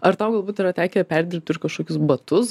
ar tau galbūt yra tekę perdirbti ir kažkokius batus